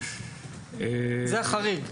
זה החריג.